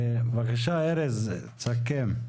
בבקשה ארז, תסכם.